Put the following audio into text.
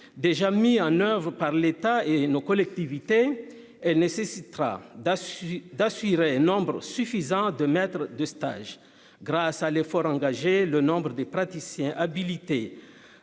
déjà mis en oeuvre par l'État et nos collectivités, elle nécessitera d'assurer nombre suffisant de maître de stage, grâce à l'effort engagé le nombre des praticiens habilité